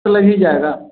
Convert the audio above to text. तो लग ही जाएगा